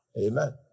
Amen